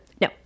no